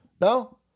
No